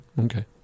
Okay